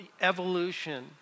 evolution